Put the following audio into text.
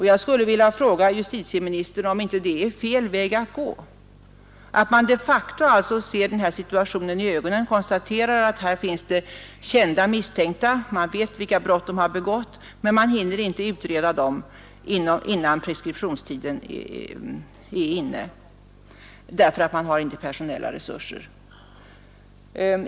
Jag skulle vilja fråga justitieministern om det inte är fel väg att gå: man konstaterar att det finns kända misstänkta, vet vilka brott de har begått, men man hinner inte utreda brotten innan preskriptionstiden gått ut, därför att man inte har personella resurser.